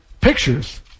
pictures